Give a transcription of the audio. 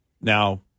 Now